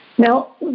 Now